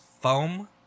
foam